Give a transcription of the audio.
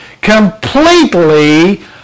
completely